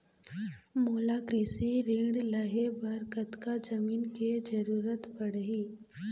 मोला कृषि ऋण लहे बर कतका जमीन के जरूरत पड़ही?